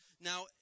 Now